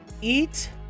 Eat